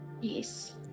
Yes